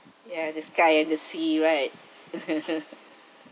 ya the sky and the sea right